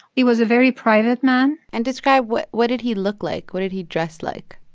he was a very private man and describe what what did he look like? what did he dress like?